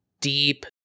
deep